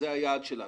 זה היעד שלנו.